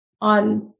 on